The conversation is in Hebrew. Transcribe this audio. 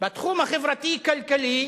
בתחום החברתי-כלכלי,